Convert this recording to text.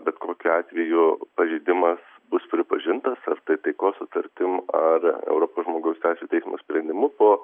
bet kokiu atveju pažeidimas bus pripažintas ar tai taikos sutartim ar europos žmogaus teisių teismo sprendimu po